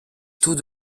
taux